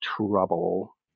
trouble